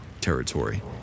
territory